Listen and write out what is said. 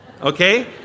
Okay